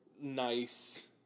nice